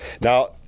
Now